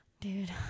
dude